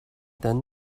then